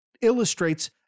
illustrates